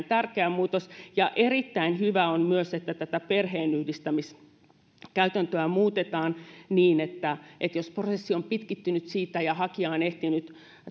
tärkeä muutos erittäin hyvä on myös että tätä perheenyhdistämiskäytäntöä muutetaan niin että että jos prosessi on pitkittynyt ja hakija on ehtinyt